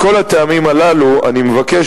מכל הטעמים הללו אני מבקש,